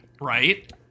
right